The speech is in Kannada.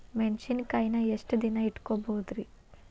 ಮೆಣಸಿನಕಾಯಿನಾ ಎಷ್ಟ ದಿನ ಇಟ್ಕೋಬೊದ್ರೇ?